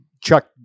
Chuck